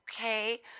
okay